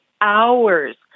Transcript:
hours